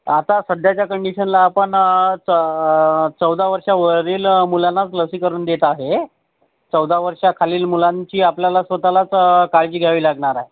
आता सध्याच्या कन्डिशनला आपण चव चौदा वर्षावरीलं मुलांनाच लसीकरण देत आहे चौदा वर्षाखालील मुलांची आपल्याला स्वतःलाच काळजी घ्यावी लागणार आहे